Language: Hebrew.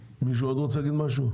מישהו עוד רוצה להגיד משהו?